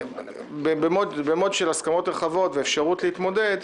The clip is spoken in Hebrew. אבל במצב של הסכמות רחבות ואפשרות להתמודד,